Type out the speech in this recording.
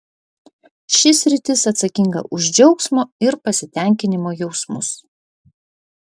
ši sritis atsakinga už džiaugsmo ir pasitenkinimo jausmus